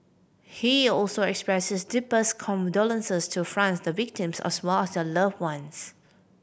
he also expressed his deepest condolences to France the victims as well as their loved ones